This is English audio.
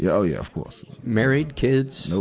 yeah oh yeah, of course. married, kids? nope.